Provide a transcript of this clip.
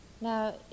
Now